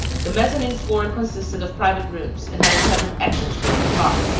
the mezzanine floor consisted of private rooms and had a separate exit to the boulevard!